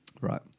right